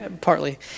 Partly